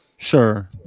Sure